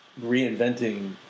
reinventing